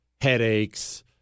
headaches